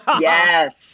Yes